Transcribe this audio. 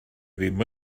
ddim